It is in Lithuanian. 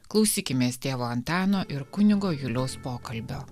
klausykimės tėvo antano ir kunigo juliaus pokalbio